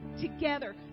together